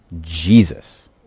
Jesus